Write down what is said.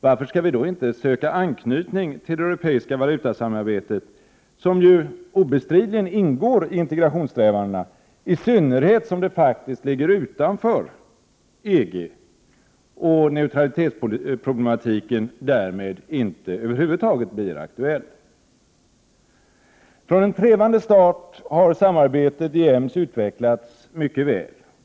Varför skall vi då inte söka anknytning till det europeiska valutasamarbetet, som ju obestridligen ingår i integrationssträvandena, i synnerhet som det faktiskt ligger vid sidan av EG, och neutralitetsproblematiken därmed över huvud taget inte blir aktuell? Från en trevande start har samarbetet i EMS utvecklats mycket väl.